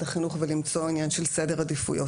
החינוך ולמצוא עניין של סדר עדיפויות.